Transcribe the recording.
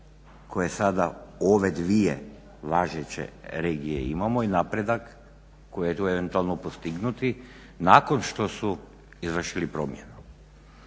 koje sada ove dvije važeće regije imamo i napredak koji je tu eventualno postignut nakon što su izvršili promjenu.